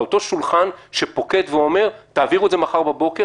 אותו שולחן שפוקד ואומר: תעבירו את זה מחר בבוקר,